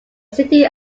city